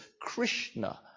Krishna